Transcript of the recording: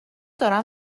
دارم